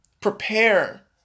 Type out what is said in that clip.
Prepare